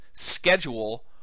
schedule